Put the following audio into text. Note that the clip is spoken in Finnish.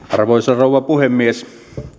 arvoisa rouva puhemies